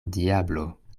diablo